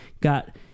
got